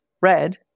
Red